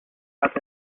out